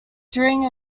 during